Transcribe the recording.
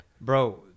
Bro